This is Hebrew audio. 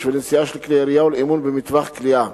ולנשיאה של כלי ירייה ולאימון במטווח קליעה.